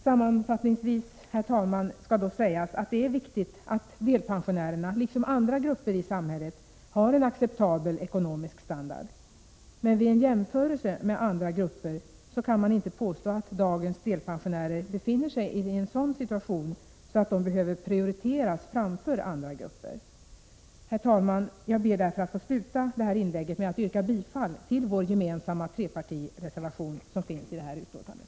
Sammanfattningsvis, herr talman, skall dock sägas att det är viktigt att delpensionärerna, liksom andra grupper i samhället, har en acceptabel ekonomisk standard. Men vid en jämförelse med andra grupper kan man inte påstå att dagens delpensionärer befinner sig i en sådan situation att de behöver prioriteras framför andra grupper. Herr talman! Jag ber därför att få sluta det här inlägget med att yrka bifall till den gemensamma trepartireservation som fogats till det här betänkandet.